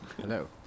Hello